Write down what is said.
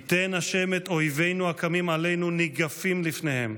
ייתן ה' את אויבינו הקמים עלינו ניגפים לפניהם.